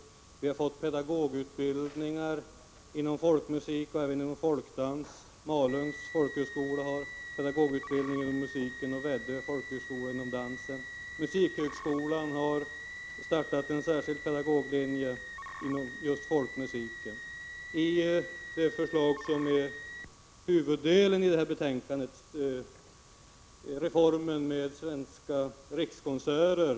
Vidare har vi fått pedagogutbildningar inom området folkmusik och även inom området folkdans. Malungs folkhögskola har pedagogutbildningen när det gäller musiken, och Väddö folkhögskola beträffande dansen. Musikhögskolan har också startat en särskild pedagoglinje inom just folkmusiken. Huvuddelen av betänkandet gäller reformen beträffande Svenska rikskonserter.